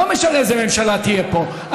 לא משנה איזו ממשלה תהיה פה.